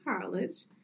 college